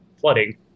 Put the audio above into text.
flooding